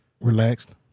relaxed